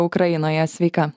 ukrainoje sveika